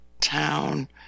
town